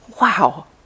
wow